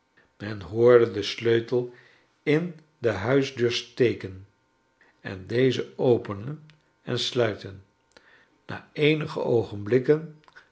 men hoorde den sleutel in de huisdeur steken en deze openen en sluiten na eenige oogenblikken